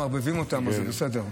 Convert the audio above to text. אז בסדר.